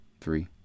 three